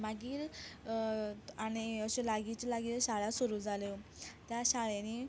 मागीर आनी अशें लागींची लागींच्यो शाळा सुरू जाल्यो त्या शाळेनीं